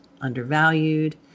undervalued